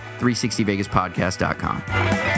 360VegasPodcast.com